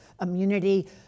immunity